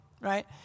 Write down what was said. Right